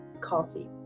coffee